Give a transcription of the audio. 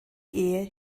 ehe